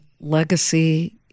legacy